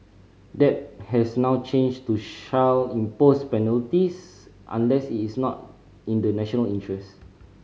that has now changed to shall impose penalties unless it is not in the national interest